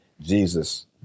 Jesus